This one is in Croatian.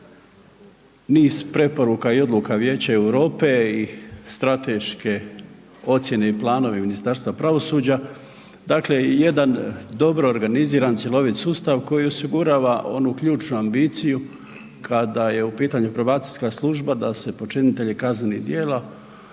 niz preporuka i odluka Vijeća Europe i strateške ocjene i planovi Ministarstva pravosuđa. Dakle, jedan dobro organiziran cjelovit sustav koji osigurava onu ključnu ambiciju kada je u pitanju probacijska služba da se počinitelji kaznenih djela